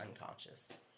unconscious